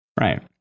Right